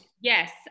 Yes